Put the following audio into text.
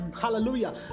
hallelujah